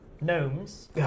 gnomes